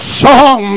song